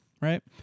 right